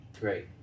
Great